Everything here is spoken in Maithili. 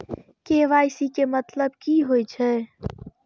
के.वाई.सी के मतलब कि होई छै?